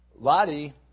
Lottie